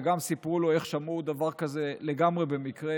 וגם סיפרו לו איך שמעו את הדבר הזה לגמרי במקרה.